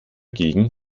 gegen